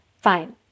fine